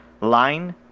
line